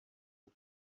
not